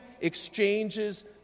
exchanges